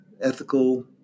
ethical